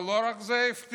אבל לא רק את זה הבטיחו.